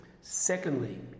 Secondly